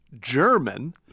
German